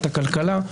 את הכלכלה,